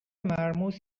مرموز